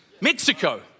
Mexico